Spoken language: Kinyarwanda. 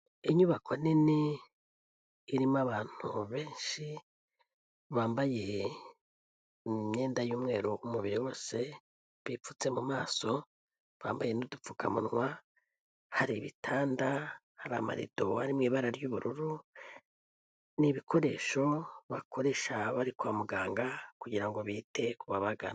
Inyubako nini irimo abantu benshi bambaye imyenda y'umweru umubiri wose, bipfutse mu maso bambaye n'udupfukamunwa hari ibitanda, hari amarido ari mu ibara ry'ubururu, ni ibikoresho bakoresha bari kwa muganga kugira ngo bite ku babagana.